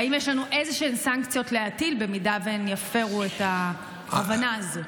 והאם יש לנו איזשהן סנקציות להטיל במידה שהם יפרו את ההבנה הזו?